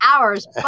hours